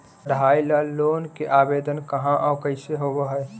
पढाई ल लोन के आवेदन कहा औ कैसे होब है?